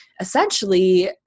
essentially